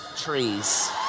trees